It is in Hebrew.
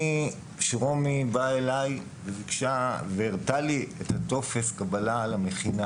כשרומי באה אליי והראתה לי את טופס הקבלה למכינה